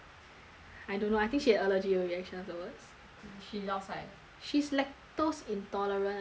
I don't know I think she had allergy reactions afterwards she lao sai she's lactose intolerance I think ah ya